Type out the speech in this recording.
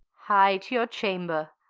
hie to your chamber.